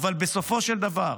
אבל בסופו של דבר,